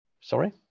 sorry